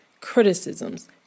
criticisms